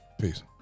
Peace